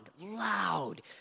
loud